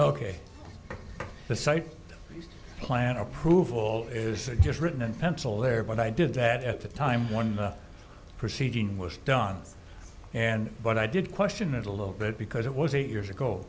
ok the site plan approval is just written in pencil there but i did that at the time when the proceeding was done and but i did question it a little bit because it was eight